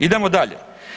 Idemo dalje.